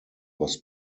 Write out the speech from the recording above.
was